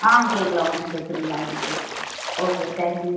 ஆ கேட்கலாம் ஒன்றும் பிரச்சனை இல்லை அதெல்லாம் கேட்டுக்கலாம் ஓகே தேங்க் யூ